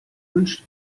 wünscht